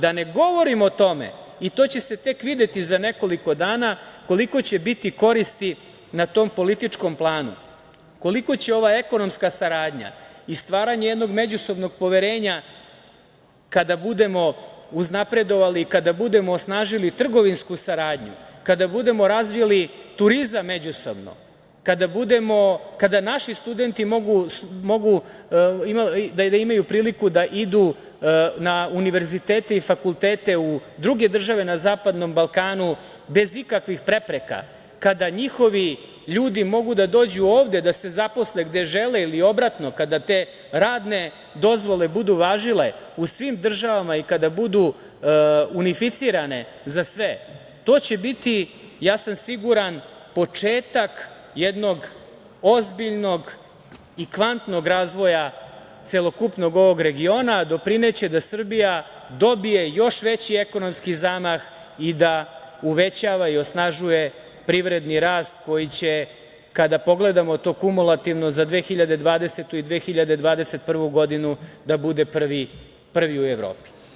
Da ne govorim o tome, i to će se tek videti za nekoliko dana, koliko će biti koristi na tom političkom planu, koliko će ova ekonomska saradnja i stvaranje jednog međusobnog poverenja kada budemo uznapredovali, kada budemo osnažili trgovinsku saradnju, kada budemo razvili turizam međusobno, kada naši studenti mogu da imaju priliku da idu na univerzitete i fakultete u druge države na Zapadnom Balkanu bez ikakvih prepreka, kada njihovi ljudi mogu da dođu ovde da se zaposle gde žele ili obratno, kada te radne dozvole budu važile u svim državama i kada budu unificirane za sve to će biti, ja sam siguran, početak jednog ozbiljnog i kvantnog razvoja celokupnog ovog regiona i doprineće da Srbija dobije još veći ekonomski zamah i da uvećava i osnažuje privredni rast koji će kada pogledamo to kumulativno za 2020. i 2021. godinu da bude prvi u Evropi.